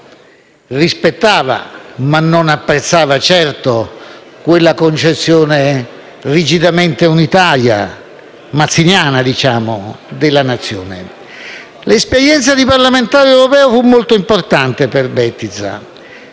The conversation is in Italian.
L'esperienza di parlamentare europeo fu molto importante per Bettiza;